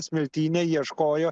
smiltynėj ieškojo